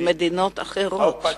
עם מדינות אחרות,